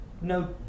no